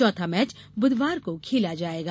चौथा मैच बुधबार को खेला जाएगा